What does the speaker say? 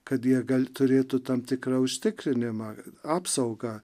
kad jie gal turėti tam tikrą užtikrinimą apsaugą